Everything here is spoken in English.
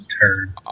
turn